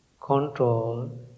Control